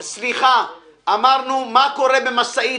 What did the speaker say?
אמרנו מה קורה במשאית,